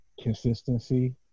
Consistency